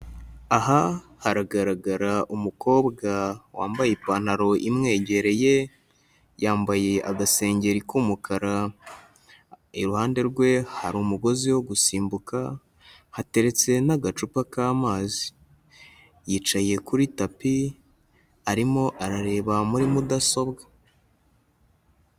Aha haragaragara umukobwa wambaye ipantaro imwegereye, yambaye agasengeri k'umukara, iruhande rwe hari umugozi wo gusimbuka, hateretse n'agacupa k'amazi. Yicaye kuri tapi, arimo arareba muri mudasobwa.